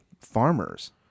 farmers